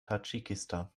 tadschikistan